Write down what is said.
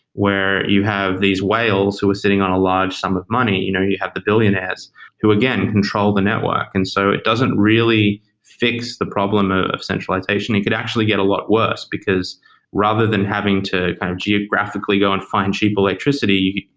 where you have these whales who are sitting on a large sum of money. you know you have the billionaires who again control the network. and so it doesn't really fix the problem ah of centralization. it could actually get a lot worse, because rather than having to kind of geographically go and find cheap electricity,